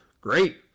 great